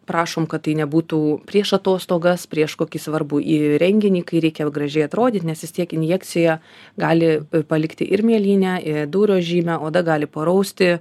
prašom kad tai nebūtų prieš atostogas prieš kokį svarbų į renginį kai reikia gražiai atrodyt nes vis tiek injekcija gali palikti ir mėlynę dūrio žymę oda gali parausti